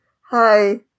Hi